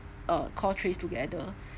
uh called trace together